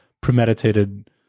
premeditated